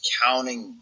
counting